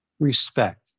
respect